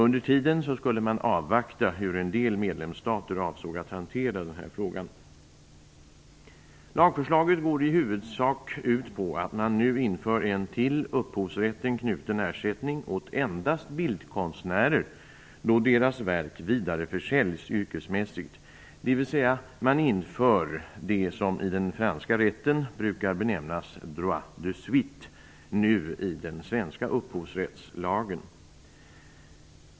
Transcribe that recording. Under tiden skulle man avvakta hur en del medlemsstater avsåg att hantera frågan. Lagförslaget går i huvudsak ut på att man nu inför en till upphovsrätten knuten ersättning åt endast bildkonstnärer då deras verk vidareförsäljs yrkesmässigt, dvs. att man nu inför det som i den franska rätten brukar benämnas droit de suite i den svenska upphovsrättslagen.